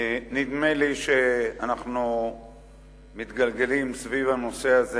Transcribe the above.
נדמה לי שאנחנו מתגלגלים סביב הנושא הזה